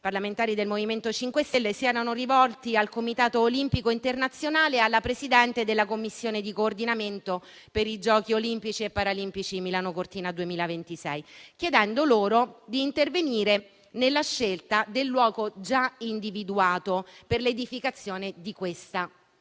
parlamentari del MoVimento 5 Stelle, si rivolsero al Comitato olimpico internazionale e alla Presidente della Commissione di coordinamento per i Giochi Olimpici e Paralimpici Milano-Cortina 2026, chiedendo di intervenire nella scelta del luogo già individuato per l'edificazione della